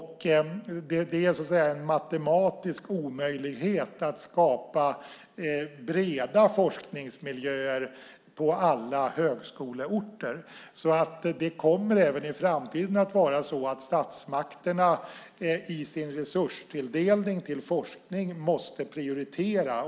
Det är en matematisk omöjlighet att skapa breda forskningsmiljöer på alla högskoleorter. Det kommer alltså även i framtiden att vara så att statsmakterna i sin resurstilldelning till forskning måste prioritera.